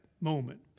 moment